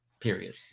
period